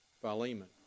Philemon